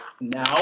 now